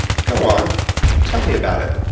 go on tell me about it.